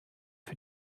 für